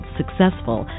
successful